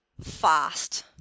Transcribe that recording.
fast